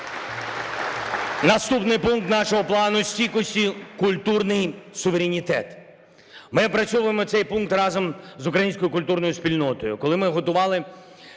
Наступний пункт нашого Плану стійкості – "Культурний суверенітет". Ми опрацьовуємо цей пункт разом з українською культурною спільнотою.